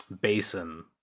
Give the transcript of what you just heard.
basin